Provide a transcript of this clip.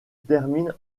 termine